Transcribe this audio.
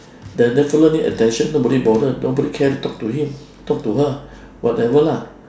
does the fella need attention nobody bother nobody care talk to him talk to her whatever lah